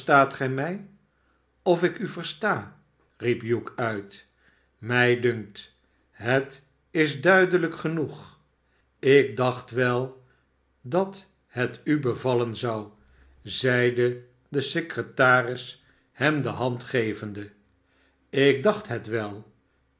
gij mij s of ik u versta riep hugh uit mij dunkt het is duidelijk genoeg ik dacht wel dat het u bevallen zou zeide de secretaris hem de hand gevende ik dacht het wel